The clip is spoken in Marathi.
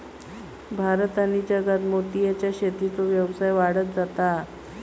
भारत आणि जगात मोतीयेच्या शेतीचो व्यवसाय वाढत जाता हा